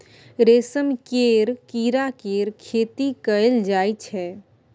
रेशम केर कीड़ा केर खेती कएल जाई छै